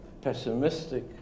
pessimistic